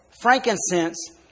frankincense